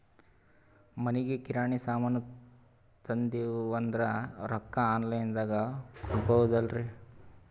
ಮನಿಗಿ ಕಿರಾಣಿ ಸಾಮಾನ ತಂದಿವಂದ್ರ ರೊಕ್ಕ ಆನ್ ಲೈನ್ ದಾಗ ಕೊಡ್ಬೋದಲ್ರಿ?